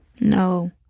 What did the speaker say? No